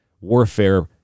warfare